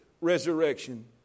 resurrection